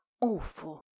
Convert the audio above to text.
awful